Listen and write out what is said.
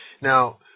Now